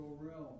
realm